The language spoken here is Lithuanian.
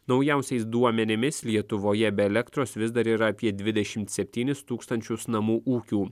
naujausiais duomenimis lietuvoje be elektros vis dar yra apie dvidešimt septynis tūkstančius namų ūkių